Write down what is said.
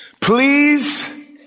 Please